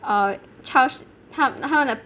err 超市他们他们的